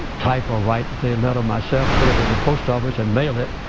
type alright the another myself put it in the post office and mail it